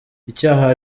icyaha